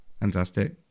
Fantastic